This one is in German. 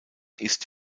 ist